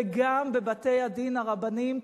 וגם בבתי-הדין הרבניים,